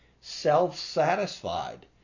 self-satisfied